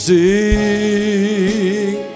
Sing